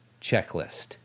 checklist